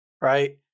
Right